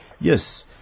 Yes